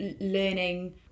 learning